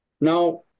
Now